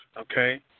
okay